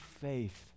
faith